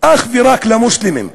אך ורק למוסלמים,